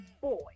boy